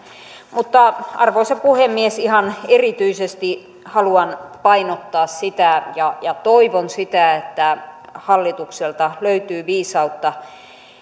mutta arvoisa puhemies ihan erityisesti haluan painottaa sitä ja ja toivon sitä että hallitukselta löytyy viisautta